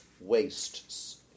wastes